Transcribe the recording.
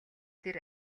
тэр